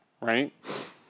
right